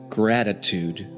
gratitude